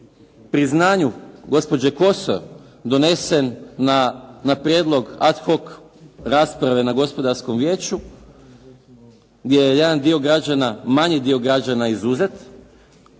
priznanju gospođe Kosor donesen na prijedlog ad hoc rasprave na Gospodarskom vijeću gdje je jedan dio građana,